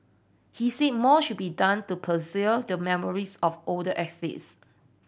he said more should be done to preserve the memories of older estates